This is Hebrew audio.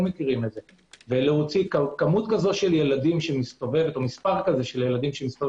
להוציא כמות כזו של ילדים שמסתובבים ברחובות